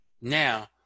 Now